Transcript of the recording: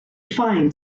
find